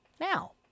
now